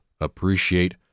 appreciate